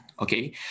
okay